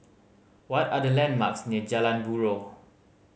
what are the landmarks near Jalan Buroh